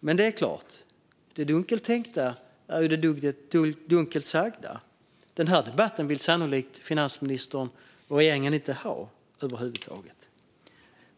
Men det är klart att det dunkelt tänkta är det dunkelt sagda. Den här debatten vill finansministern och regeringen sannolikt inte ha över huvud taget.